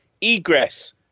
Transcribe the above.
egress